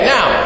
Now